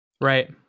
Right